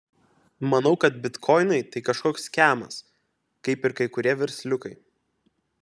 manau kad bitkoinai tai kažkoks skemas kaip ir kai kurie versliukai